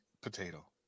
potato